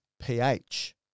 pH